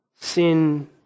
sin